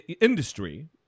industry